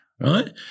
right